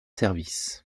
service